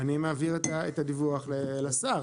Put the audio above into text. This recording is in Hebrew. אני מעביר את הדיווח לשר.